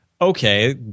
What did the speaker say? okay